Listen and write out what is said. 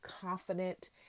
confident